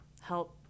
help